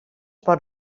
pot